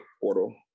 portal